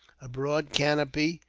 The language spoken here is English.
a broad canopy,